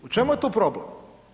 U čemu je tu problem?